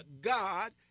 God